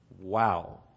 Wow